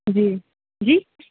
जी जी